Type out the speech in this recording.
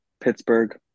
Pittsburgh